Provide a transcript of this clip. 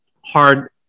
hard